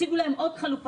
תציגו להם עוד חלופה.